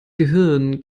gehirn